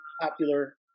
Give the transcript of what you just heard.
popular